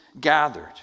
gathered